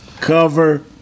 Cover